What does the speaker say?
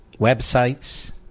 websites